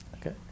Okay